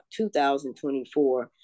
2024